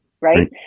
Right